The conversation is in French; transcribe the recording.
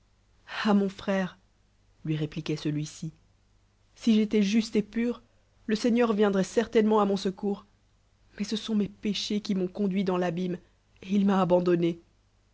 ah mon frère lui répliqnoit celui-ci t si j'étois juste et pur le seigneur vietldroit certaine inelll il mnu secollrs mais ce s nll mm péché qui m'ont onduit dans l'abime et il m'a abandonné